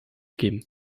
geben